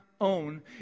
own